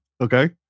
Okay